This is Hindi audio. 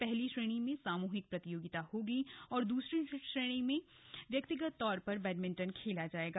पहली श्रेणी में सामूहिक प्रतियोगिता होगी और दूसरी श्रेणी में व्यक्तिगत तौर पर खेला जाएगा